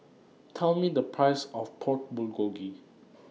Tell Me The Price of Pork Bulgogi